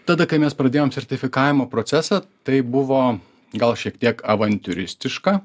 tada kai mes pradėjom sertifikavimo procesą tai buvo gal šiek tiek avantiūristiška